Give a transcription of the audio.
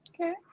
Okay